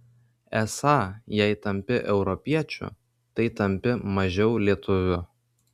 esą jei tampi europiečiu tai tampi mažiau lietuviu